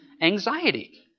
anxiety